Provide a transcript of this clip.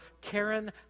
Karen